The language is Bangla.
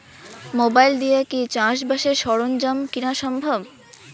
মোবাইল দিয়া কি চাষবাসের সরঞ্জাম কিনা সম্ভব?